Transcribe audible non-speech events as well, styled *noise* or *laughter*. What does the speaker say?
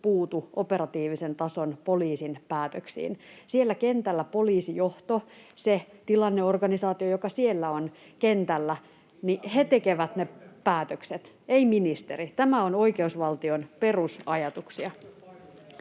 puutu operatiivisen tason poliisin päätöksiin. Siellä kentällä poliisijohto, se tilanneorganisaatio, joka siellä on kentällä, *noise* tekee ne päätökset, ei ministeri. Tämä on oikeusvaltion perusajatuksia.